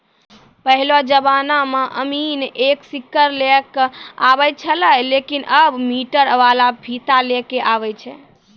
पहेलो जमाना मॅ अमीन एक सीकड़ लै क आबै छेलै लेकिन आबॅ मीटर वाला फीता लै कॅ आबै छै